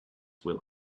will